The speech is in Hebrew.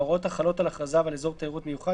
ההוראות החלות על הכרזה על אזור תיירות מיוחד